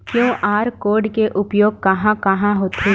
QR code के उपयोग कहां कहां होथे?